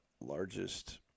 largest